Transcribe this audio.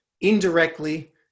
indirectly